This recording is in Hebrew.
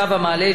אשר לגביו,